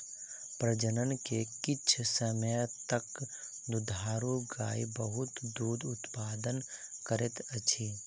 प्रजनन के किछ समय तक दुधारू गाय बहुत दूध उतपादन करैत अछि